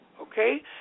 okay